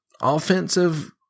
Offensive